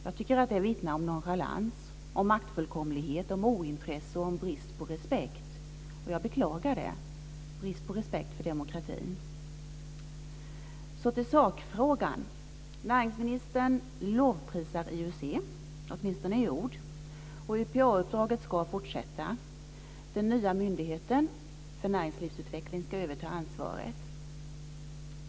Jag tycker att det vittnar om nonchalans, maktfullkomlighet, ointresse och brist på respekt för demokratin, och jag beklagar det. Så till sakfrågan. Näringsministern lovprisar IUC, åtminstone i ord. Och UPA-uppdraget ska fortsätta. Den nya myndigheten för näringslivsutveckling ska överta ansvaret.